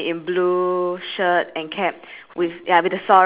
oh wait m~ mine is one is uncovered one is covered